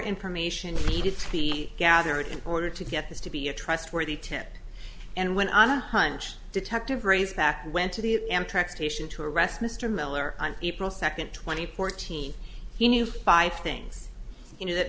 information needed to be gathered in order to get this to be a trustworthy tent and went on a hunch detective razorback went to the amtrak station to arrest mr miller on april second twenty fourteen he knew five things you know that